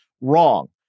wrong